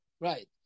right